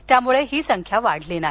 त्यामुळे ही संख्या वाढली नाही